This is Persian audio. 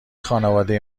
خانواده